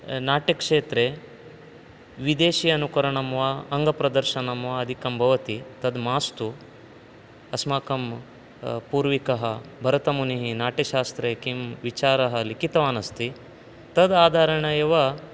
नाट्यक्षेत्रे विदेशि अनुकरणं वा अङ्गप्रदर्शनं वा अधिकं भवति तद् मास्तु अस्माकं पूर्विकः भरतमुनिः नाट्यशास्त्रे किं विचारः लिखितवानस्ति तद् आधारेण एव